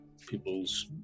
people's